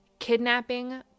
Kidnapping